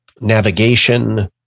navigation